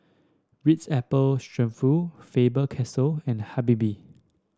Ritz Apple Faber Castell and Habibie